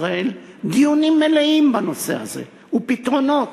ישראל דיונים מלאים בנושא הזה ופתרונות.